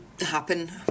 Happen